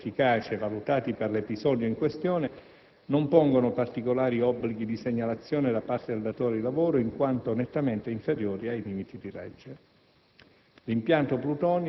I valori di dose efficace valutati per l'episodio in questione non pongono particolari obblighi di segnalazione da parte del datore di lavoro in quanto nettamente inferiori ai limiti di legge.